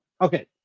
Okay